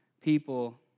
people